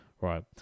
right